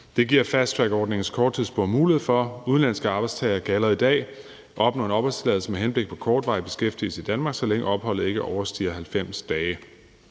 det giver fasttrackordningens korttidsspor mulighed for. Udenlandske arbejdstagere kan allerede i dag opnå en opholdstilladelse med henblik på kortvarig beskæftigelse i Danmark, så længe opholdet ikke overstiger 90 dage.